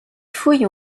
fouilles